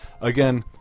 Again